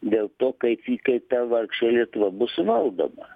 dėl to kaip ji kaip ta vargšė lietuva bus valdoma